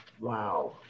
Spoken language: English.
Wow